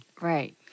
Right